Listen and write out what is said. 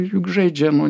juk žaidžiama